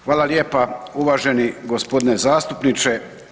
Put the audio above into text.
Hvala lijepa, uvaženi g. zastupniče.